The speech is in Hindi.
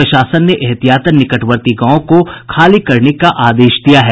प्रशासन ने एहतियातन निकटवर्ती गांवों को खाली करने का आदेश दिया है